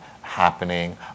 happening